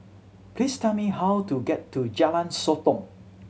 please tell me how to get to Jalan Sotong